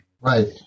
Right